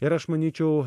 ir aš manyčiau